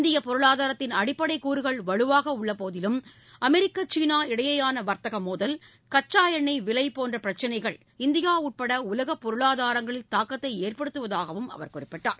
இந்தியப் பொருளாதாரத்தின் அடிப்படைக் கூறுகள் வலுவாக உள்ள போதிலும் அமெரிக்கா சீனா இடையேயான வர்த்தக மோதல் கச்சா எண்ணெய் விலை போன்ற பிரச்சினைகள் இந்தியா உட்பட உலகப் பொருளாதாரங்களில் தாக்கத்தை ஏற்படுத்துவதாக அவர் குறிப்பிட்டார்